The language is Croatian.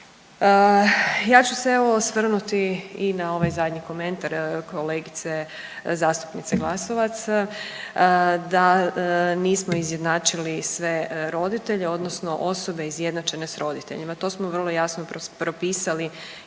Ja ću se evo, osvrnuti i na ovaj zadnji komentar kolegice zastupnice Glasovac, da nismo izjednačili sve roditelje odnosno osobe izjednačene s roditeljima. To smo vrlo jasno propisali